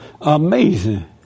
Amazing